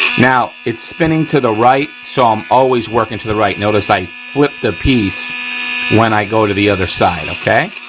now, it's spinning to the right so i'm always working to the right. notice i flipped the piece when i go to the other side, okay?